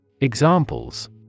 Examples